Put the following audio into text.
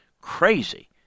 crazy